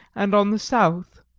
and on the south.